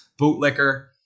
bootlicker